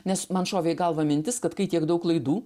nes man šovė į galvą mintis kad kai tiek daug laidų